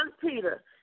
Peter